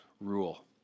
rule